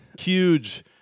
huge